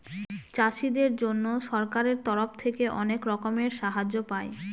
চাষীদের জন্য সরকারের তরফ থেকে অনেক রকমের সাহায্য পায়